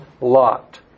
Lot